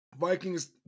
Vikings